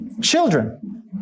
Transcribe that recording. children